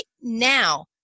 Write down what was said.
now